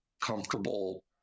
comfortable